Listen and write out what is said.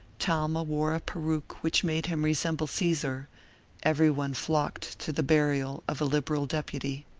talma wore a peruke which made him resemble caesar every one flocked to the burial of a liberal deputy.